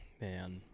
man